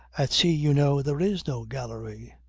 at sea, you know, there is no gallery.